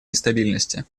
нестабильности